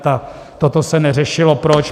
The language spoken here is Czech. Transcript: A toto se neřešilo proč?